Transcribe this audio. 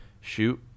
shoot